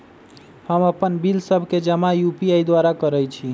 हम अप्पन बिल सभ के जमा यू.पी.आई द्वारा करइ छी